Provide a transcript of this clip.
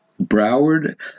Broward